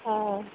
ହଁ ହଁ